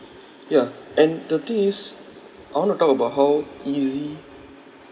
ya and the thing is I want to talk about how easy